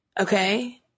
Okay